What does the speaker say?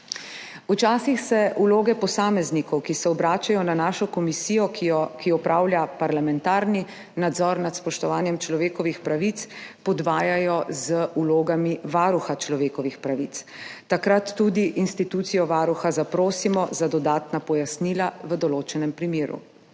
Včasih se vloge posameznikov, ki se obračajo na našo komisijo, ki opravlja parlamentarni nadzor nad spoštovanjem človekovih pravic, podvajajo z vlogami Varuha človekovih pravic. Takrat tudi institucijo Varuha zaprosimo za dodatna pojasnila v določenem primeru.